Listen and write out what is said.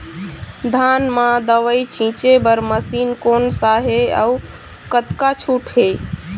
धान म दवई छींचे बर मशीन कोन सा हे अउ कतका छूट हे?